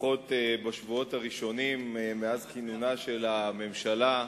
לפחות בשבועות הראשונים מאז כינונה של הממשלה,